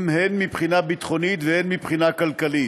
הן מבחינה ביטחונית והן מבחינה כלכלית.